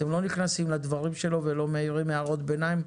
אתם לא נכנסים לדברים שלו ולא מעירים הערות ביניים.